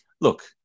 look